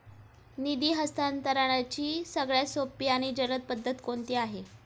निधी हस्तांतरणाची सगळ्यात सोपी आणि जलद पद्धत कोणती आहे?